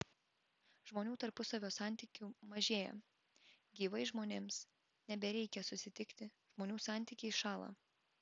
žmonių tarpusavio santykių mažėja gyvai žmonėms nebereikia susitikti žmonių santykiai šąla